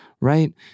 right